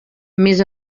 més